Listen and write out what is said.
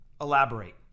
elaborate